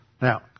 Now